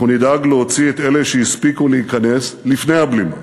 אנחנו נדאג להוציא את אלה שהספיקו להיכנס לפני הבלימה.